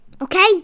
Okay